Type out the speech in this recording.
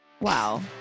Wow